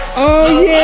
oh,